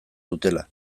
dutela